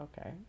okay